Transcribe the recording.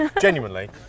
genuinely